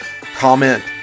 comment